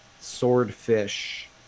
Swordfish